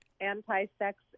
anti-sex